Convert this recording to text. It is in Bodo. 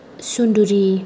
सुन्द'रि